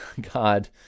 God